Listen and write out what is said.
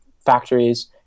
factories